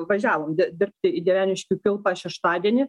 važiavom dirbti į dieveniškių kilpą šeštadienį